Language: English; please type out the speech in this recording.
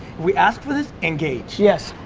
we asked for this, engage. yes.